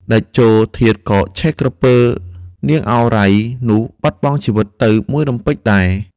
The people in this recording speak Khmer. តេជោធាតុក៏ឆេះក្រពើ នាងឱរ៉ៃ នោះបាត់បង់ជីវិត ទៅមួយរំពេចដែរ ។